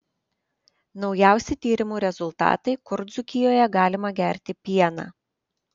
naujausi tyrimų rezultatai kur dzūkijoje galima gerti pieną